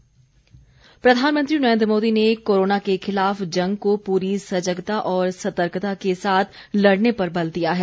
मन की बात प्रधानमंत्री नरेन्द्र मोदी ने कोरोना के खिलाफ जंग को पूरी सजगता और सतर्कता के साथ लड़ने पर बल दिया है